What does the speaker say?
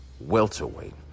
welterweight